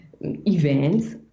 events